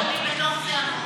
תאמיני לי שאני בתוך זה עמוק.